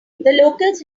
locals